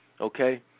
okay